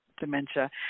dementia